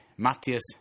Matthias